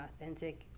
authentic